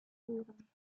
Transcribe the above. hören